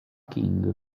king